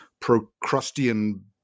Procrustean